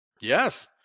Yes